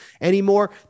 anymore